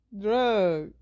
Drug